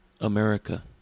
America